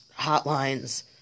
hotlines